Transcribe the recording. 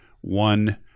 one